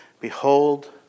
Behold